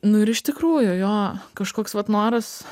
nu ir iš tikrųjų jo kažkoks vat noras